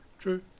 True